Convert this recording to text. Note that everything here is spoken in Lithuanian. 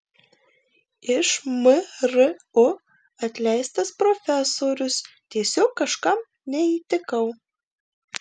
iš mru atleistas profesorius tiesiog kažkam neįtikau